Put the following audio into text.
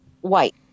white